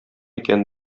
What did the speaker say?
икән